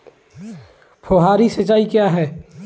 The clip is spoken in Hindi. फुहारी सिंचाई क्या है?